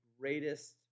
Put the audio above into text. greatest